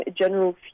General